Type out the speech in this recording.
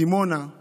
בדימונה היה